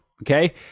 Okay